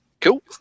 Cool